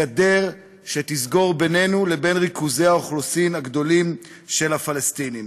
גדר שתסגור בינינו לבין ריכוזי האוכלוסין הגדולים של הפלסטינים.